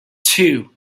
two